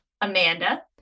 Amanda